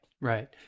right